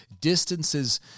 distances